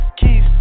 keys